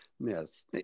yes